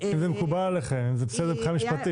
אם זה מקובל עליכם, אם זה בסדר מבחינה משפטית.